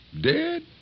Dead